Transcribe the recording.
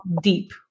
deep